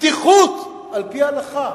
פתיחות על-פי ההלכה.